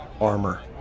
armor